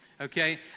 Okay